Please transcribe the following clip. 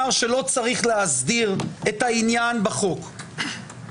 שלא צריך להסדיר את העניין בחוק-יסוד.